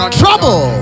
trouble